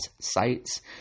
sites